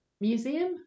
museum